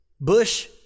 Bush